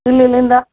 ಇಲ್ಲಿ ಇಲ್ಲಿಂದ